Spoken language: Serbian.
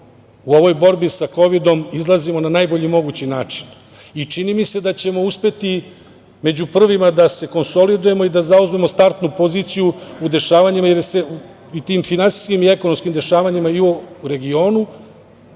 u ovoj borbi sa kovidom, izlazimo na najbolji mogući način i čini mi se da ćemo uspeti među prvima da se konsolidujemo i da zauzmemo startnu poziciju u dešavanjima, i finansijskim i ekonomskim, u regionu